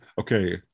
Okay